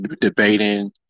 debating